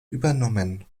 übernommen